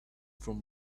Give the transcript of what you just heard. from